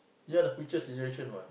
you are the future generation what